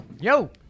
Yo